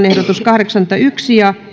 ehdotus satakolmekymmentäyksi ja